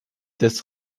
des